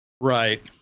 Right